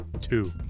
Two